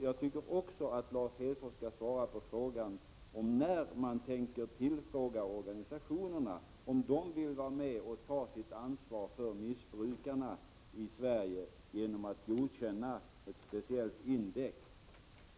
Jag tycker också att Lars Hedfors skall svara på frågan om när man tänker tillfråga organisationerna om de vill vara med och ta sitt ansvar för missbrukarna i Sverige genom att godkänna ett speciellt index.